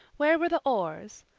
where were the oars?